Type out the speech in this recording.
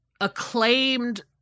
acclaimed